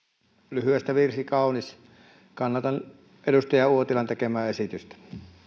lyhyestä virsi kaunis kannatan edustaja uotilan tekemää esitystä